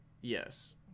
yes